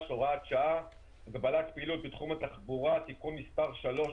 (הוראת שעה) (הגבלת פעילות בתחום התחבורה) (תיקון מס' 3),